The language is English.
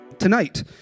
Tonight